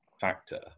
factor